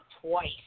twice